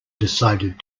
decided